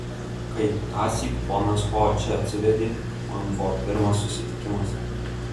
kai tąsyk ponas ho čia atsivedė man buvo pirmas susitikimas